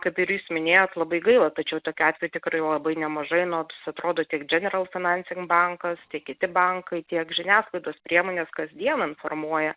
kaip ir jūs minėjot labai gaila tačiau tokių atvejų tikrai labai nemažai nors atrodo tiek general financing bankas tiek kiti bankai tiek žiniasklaidos priemonės kasdien informuoja